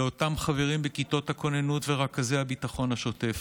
לאותם חברים בכיתות הכוננות ורכזי הביטחון השוטף,